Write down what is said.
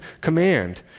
command